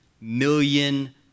million